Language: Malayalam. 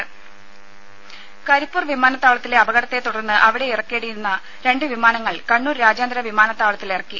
രുര കരിപ്പൂർ വിമാനത്താവളത്തിലെ അപകടത്തെ തുടർന്ന് അവിടെ ഇറങ്ങേണ്ടിയിരുന്ന രണ്ട് വിമാനങ്ങൾ കണ്ണൂർ രാജ്യാന്തര വിമാനത്താവളത്തിലിറങ്ങി